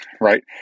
right